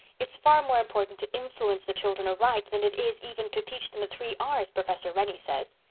it's far more important to influence the children aright than it is even to teach them the three r's, professor rennie says.